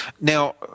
Now